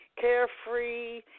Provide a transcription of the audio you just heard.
carefree